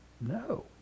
No